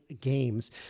games